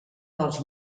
dels